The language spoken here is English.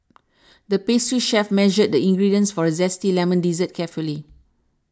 the pastry chef measured the ingredients for a Zesty Lemon Dessert carefully